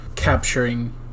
Capturing